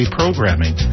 programming